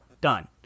Done